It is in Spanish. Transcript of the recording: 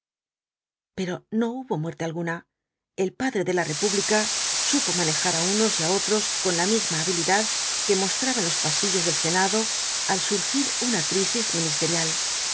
pero no hubo muerte alguna el padre de la eepúlos cuatro jinbtbs del apocalipsis íí manca manejar á unos y á otros con la misma habilidad que mostraba en los pasillos del senado al surgir una crisis ministerial